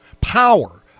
power